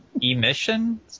Emission